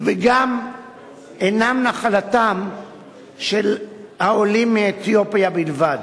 וגם אינם נחלתם של העולים מאתיופיה בלבד.